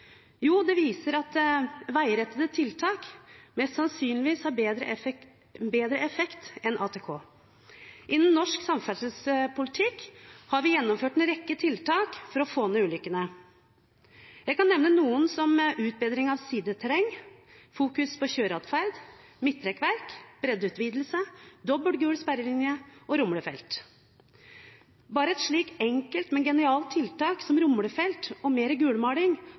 Jo, det viser at veirettede tiltak mest sannsynlig har bedre effekt enn ATK. Innen norsk samferdselspolitikk har vi gjennomført en rekke tiltak for å få ned ulykkene. Jeg kan nevne noen – som utbedring av sideterreng, fokus på kjøreatferd, midtrekkverk, breddeutvidelse, dobbel gul sperrelinje og rumlefelt. Bare et slikt enkelt, men genialt tiltak som rumlefelt og mer gulmaling